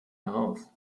heraus